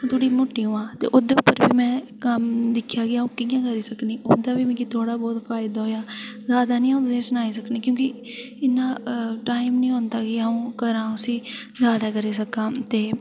ते थोह्ड़ी मुट्टी होआं ते उधमपुर च में कम्म दिक्खेआ की अं'ऊ कि'यां करी सक्कनी ओह् ते ओह्दा बी मिगी थोह्ड़ा बहुत फायदा होआ जादा निं अं'ऊ तुसें ई सनाई सकनी की इ'न्ना टाइम निं होंदा की अं'ऊ करां उसी जादा करी सकां